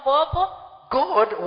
God